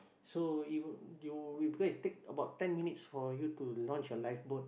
so if you it because it take about ten minutes for you to launch your life boat